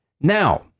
Now